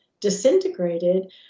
disintegrated